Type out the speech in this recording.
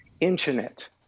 internet